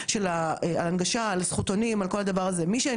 מי שאינו דובר אנגלית לא יכול להיכנס לאתרים האלה,